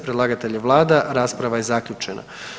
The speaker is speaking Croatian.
Predlagatelj je vlada, rasprava je zaključena.